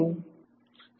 વિદ્યાર્થી સાપેક્ષતા